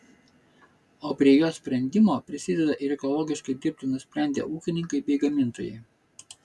o prie jos sprendimo prisideda ir ekologiškai dirbti nusprendę ūkininkai bei gamintojai